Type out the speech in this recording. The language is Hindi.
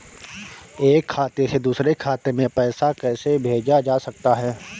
एक खाते से दूसरे खाते में पैसा कैसे भेजा जा सकता है?